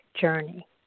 journey